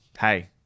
hey